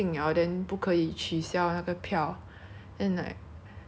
then now let me call so many times also to like keep asking